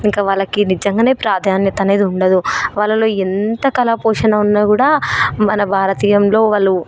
ఇంక వాళ్ళకి నిజంగానే ప్రాధాన్యత అనేది ఉండదు వాళ్లలో ఎంత కళా పోషణ ఉన్నా కూడ మన భారతీయంలో వాళ్ళు